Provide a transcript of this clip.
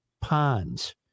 ponds